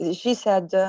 yeah she said